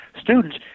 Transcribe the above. students